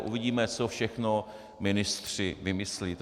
Uvidíme, co všechno ministři vymyslí.